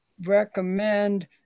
recommend